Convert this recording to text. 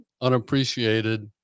unappreciated